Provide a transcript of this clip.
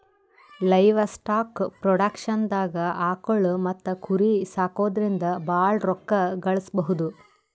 livestock ಪ್ರೊಡಕ್ಷನ್ದಾಗ್ ಆಕುಳ್ ಮತ್ತ್ ಕುರಿ ಸಾಕೊದ್ರಿಂದ ಭಾಳ್ ರೋಕ್ಕಾ ಗಳಿಸ್ಬಹುದು